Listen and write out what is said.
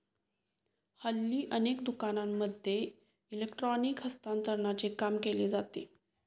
हल्ली अनेक दुकानांमध्ये इलेक्ट्रॉनिक हस्तांतरणाचे काम केले जाते